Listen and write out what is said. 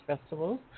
festivals